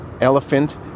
elephant